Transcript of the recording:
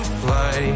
fly